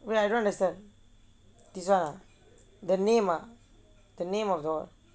wait I don't understand this [one] ah the name ah the name of what